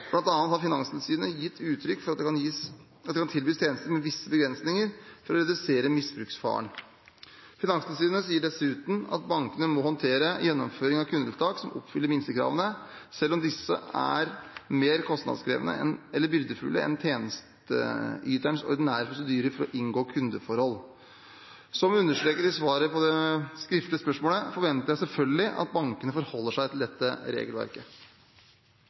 har Finanstilsynet gitt uttrykk for at det kan tilbys tjenester med visse begrensninger for å redusere misbruksfaren. Finanstilsynet sier dessuten at bankene må håndtere gjennomføringen av kundetiltak som oppfyller minstekravene, selv om disse er mer kostnadskrevende eller byrdefulle enn tjenesteyterens ordinære prosedyrer for å inngå kundeforhold. Som understreket i svaret på det skriftlige spørsmålet, forventer jeg selvfølgelig at bankene forholder seg til dette regelverket.